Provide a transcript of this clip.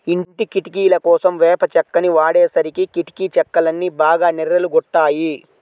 ఇంటి కిటికీలకోసం వేప చెక్కని వాడేసరికి కిటికీ చెక్కలన్నీ బాగా నెర్రలు గొట్టాయి